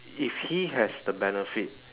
if he has the benefit